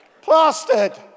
plastered